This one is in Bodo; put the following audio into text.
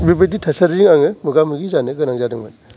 बिबादि थासारिजों आङो मोगा मोगि जानो गोनां जादोंमोन